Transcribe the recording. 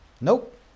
Nope